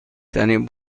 ترین